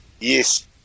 Yes